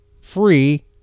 free